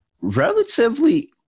relatively